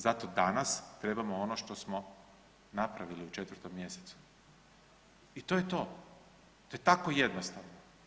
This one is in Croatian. Zato danas trebamo ono što smo napravili u 4. mj. i to je to, to je tako jednostavno.